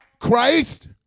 Christ